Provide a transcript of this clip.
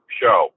show